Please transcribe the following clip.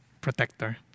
protector